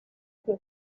que